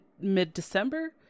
mid-December